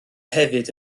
hefyd